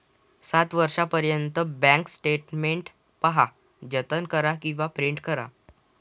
सात वर्षांपर्यंत bank statement पहा, जतन करा किंवा प्रिंट करा